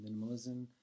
minimalism